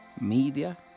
media